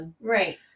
Right